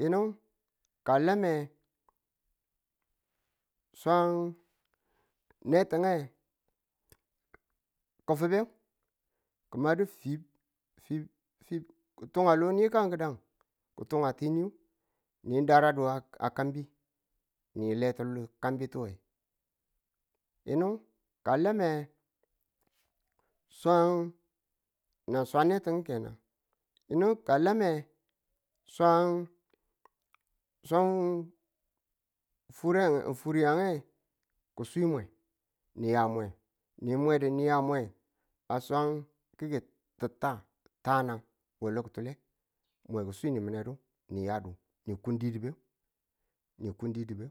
Yinu ka a lame swang netine ki̱fibe ki madu fib fib fib ki̱ tunga lobiyu kan ki̱dan ni daradu a kambi ni le ti kambituwe yinu ka a lame swang ni swan netu kenan yinu ka a lame swang swang furiyangange ki̱ swi mwe. Niya mwe ni mwe di ni ya mwe a swang ki̱ tetta tana we lo ki̱tule mwe ki̱ swi niyedu niyadu, ni kun didibe, ni kun didibe